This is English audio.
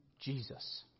Jesus